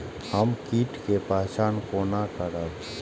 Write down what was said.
हम कीट के पहचान कोना करब?